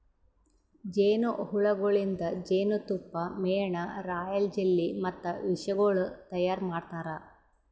ಜೇನು ಹುಳಗೊಳಿಂದ್ ಜೇನತುಪ್ಪ, ಮೇಣ, ರಾಯಲ್ ಜೆಲ್ಲಿ ಮತ್ತ ವಿಷಗೊಳ್ ತೈಯಾರ್ ಮಾಡ್ತಾರ